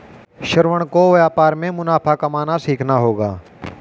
श्रवण को व्यापार में मुनाफा कमाना सीखना होगा